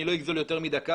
אני לא אגזול יותר מדקה,